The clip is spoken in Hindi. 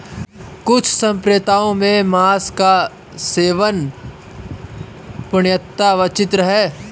कुछ सम्प्रदायों में मांस का सेवन पूर्णतः वर्जित है